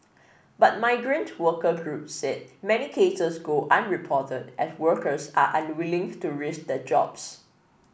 but migrant worker groups said many cases go unreported as workers are unwilling to risk their jobs